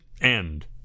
end